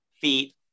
feet